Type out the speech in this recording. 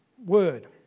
word